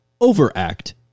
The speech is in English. overact